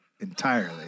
entirely